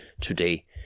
today